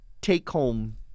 take-home